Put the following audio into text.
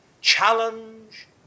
challenge